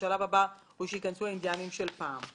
והשלב הבא הוא שייכנסו האינדיאנים של פעם".